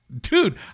Dude